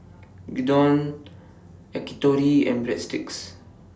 Gyudon Yakitori and Breadsticks